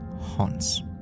haunts